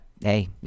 Hey